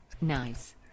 Nice